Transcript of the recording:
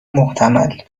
محتمل